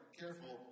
careful